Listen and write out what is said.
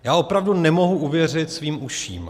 Já opravdu nemohu uvěřit svým uším.